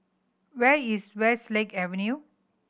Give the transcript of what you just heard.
where is Westlake Avenue